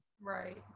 Right